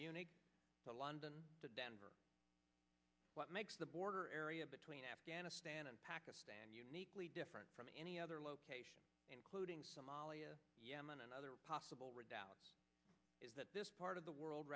munich to london to denver what makes the border area between afghanistan and pakistan uniquely different from any other location including somalia yemen and other possible redoubt is that this part of the world